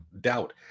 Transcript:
doubt